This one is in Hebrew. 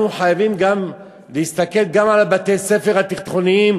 אנחנו חייבים להסתכל גם על בתי-הספר התיכוניים,